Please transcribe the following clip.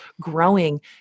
growing